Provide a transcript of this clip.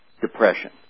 depression